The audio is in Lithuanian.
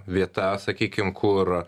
vieta sakykim kur